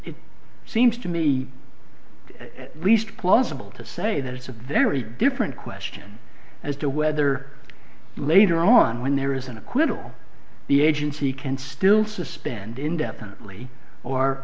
it seems to me at least plausible to say that it's a very different question as to whether later on when there is an acquittal the agency can still suspend indefinitely or